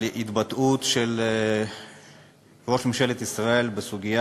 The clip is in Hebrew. על התבטאות של ראש ממשלת ישראל בסוגיה